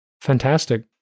fantastic